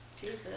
Jesus